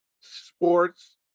sports